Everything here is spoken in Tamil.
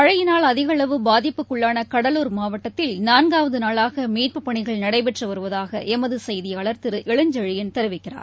மழையினால் அதிகளவு பாதிப்புக்குள்ளானகடலூர் மாவட்டத்தில் நான்காவதுநாளாகமீட்புப் பணிகள் நடைபெற்றுவருவதாகஎமதுசெய்தியாளர் இளஞ்செழியன் தெரிவிக்கிறார்